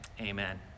amen